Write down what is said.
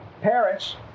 parents